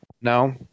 no